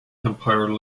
empire